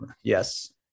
Yes